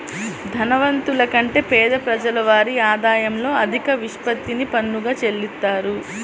ధనవంతుల కంటే పేద ప్రజలు వారి ఆదాయంలో అధిక నిష్పత్తిని పన్నుగా చెల్లిత్తారు